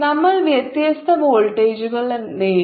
നമ്മൾ വ്യത്യസ്ത വോൾട്ടേജുകൾ നേടി